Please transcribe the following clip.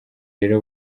rero